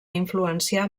influenciar